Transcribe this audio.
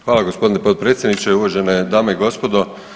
Hvala gospodine potpredsjedniče, uvažene dame i gospodo.